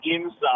inside